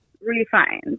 refined